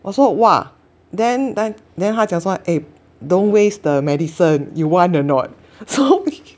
我说 !wah! then then then 他讲说 eh don't waste the medicine you want or not so